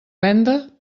venda